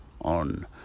on